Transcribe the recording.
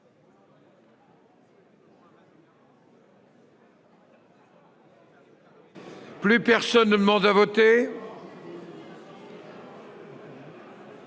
Plus personne ne demande à voter